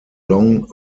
long